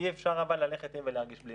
אבל אי אפשר ללכת עם ולהרגיש בלי.